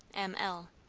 m. l.